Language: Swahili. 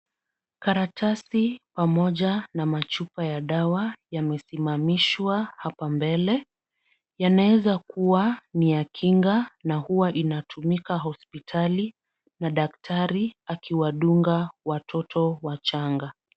Karatasi pamoja na machupa ya dawa yamesimamishwa hapa mbele. Yanaweza kuwa ni ya kinga na huwa inatumika hospitali na daktari akiwadunga watoto wachanga.